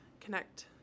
connect